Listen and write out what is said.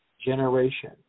generation